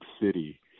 city